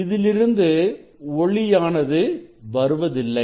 இதிலிருந்து ஒளியானது வருவதில்லை